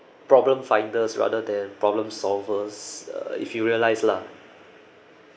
problem finders rather than problem solvers uh if you realise lah